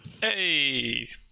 hey